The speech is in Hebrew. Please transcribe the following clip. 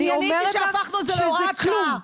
אני אומרת לך שזה כלום.